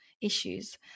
issues